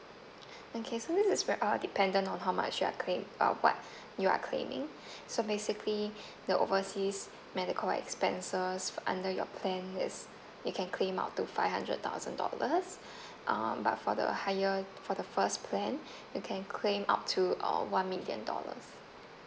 okay so this is ve~ uh dependent on how much you're claim~ uh what you are claiming so basically the overseas medical expenses under your plan is you can claim up to five hundred thousand dollars um but for the higher for the first plan you can claim up to uh one million dollars